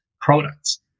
products